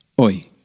oi